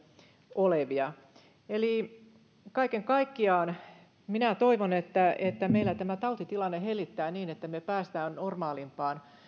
olevia eli kaiken kaikkiaan toivon että että meillä tämä tautitilanne hellittää niin että me pääsemme normaalimpaan